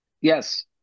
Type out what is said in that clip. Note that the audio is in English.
Yes